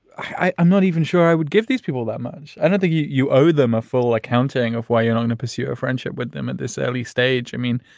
i'm not even sure i would give these people that much i don't think you owe them a full accounting of why you're not gonna pursue a friendship with them at this early stage. i mean,